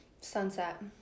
Sunset